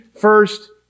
first